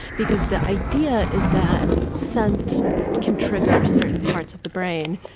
because the idea is that scent can trigger certain parts of the brain.